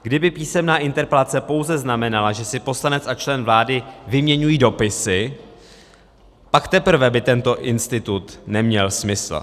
Kdyby písemná interpelace pouze znamenala, že si poslanec a člen vlády vyměňují dopisy, pak teprve by tento institut neměl smysl.